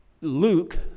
luke